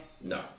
No